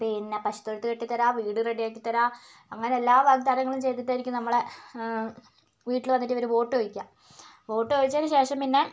പിന്നെ പശുത്തൊഴുത്ത് കെട്ടിത്തരാം വീട് റെഡിയാക്കിത്തരാം അങ്ങനെ എല്ലാ വാഗ്ദാനങ്ങളും ചെയ്തിട്ടായിരിക്കും നമ്മളുടെ വീട്ടിൽ വന്നിട്ട് ഇവർ വോട്ട് ചോദിക്കുക വോട്ട് ചോദിച്ചതിന് ശേഷം പിന്നെ